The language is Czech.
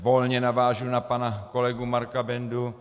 Volně navážu na pana kolegu Marka Bendu.